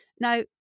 Now